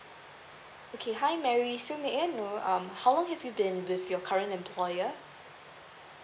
okay hi mary so may I know um how long have you been with your current employer